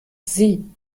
sie